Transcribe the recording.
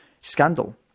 scandal